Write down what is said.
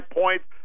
points